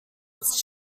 its